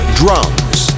drums